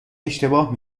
اشتباه